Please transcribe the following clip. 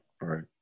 right